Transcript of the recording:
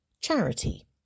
Charity